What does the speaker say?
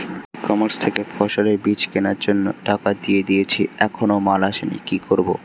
ই commerce থেকে ফসলের বীজ কেনার জন্য টাকা দিয়ে দিয়েছি এখনো মাল আসেনি কি করব?